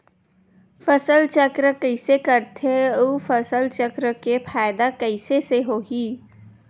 फसल चक्र कइसे करथे उ फसल चक्र के फ़ायदा कइसे से होही?